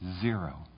zero